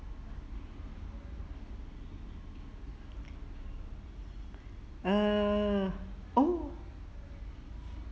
err oh